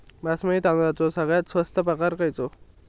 बासमती तांदळाचो सगळ्यात स्वस्त प्रकार खयलो?